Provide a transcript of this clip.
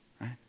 right